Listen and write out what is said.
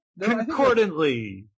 Concordantly